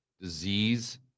disease